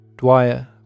Dwyer